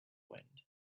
wind